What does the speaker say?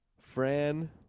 Fran